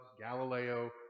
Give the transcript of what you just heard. Galileo